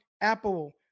Apple